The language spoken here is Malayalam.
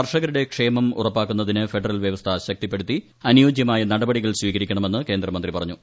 കർഷകരുടെ ക്ഷേമം ഉറപ്പാക്കുന്നതിന് ഫെഡറൽ വ്യവസ്ഥ ശക്തിപ്പെടുത്തി അനുയോജ്യമായ നടപടികൾ സ്വീകരിക്കണമെന്ന് കേന്ദ്രമന്ത്രി പറഞ്ഞു